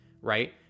right